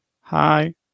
Hi